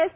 S